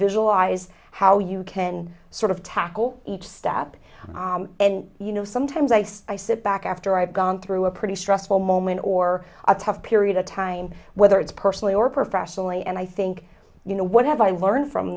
visualize how you can sort of tackle each step and you know sometimes i sit back after gone through a pretty stressful moment or a tough period of time whether it's personally or professionally and i think you know what have i learned from